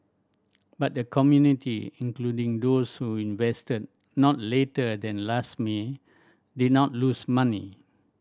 but the community including those who invested not later than last May did not lose money